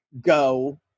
go